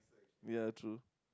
ya true